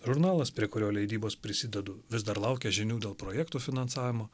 žurnalas prie kurio leidybos prisidedu vis dar laukia žinių dėl projektų finansavimo